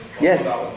Yes